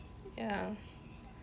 ya